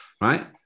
Right